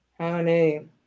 Honey